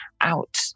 out